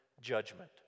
judgment